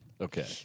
Okay